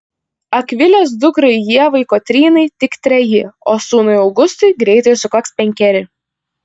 akvilės dukrai ievai kotrynai tik treji o sūnui augustui greitai sukaks penkeri